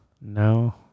No